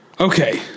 Okay